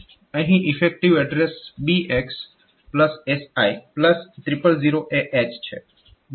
અહીં effective address BX SI 000AH છે